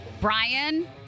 Brian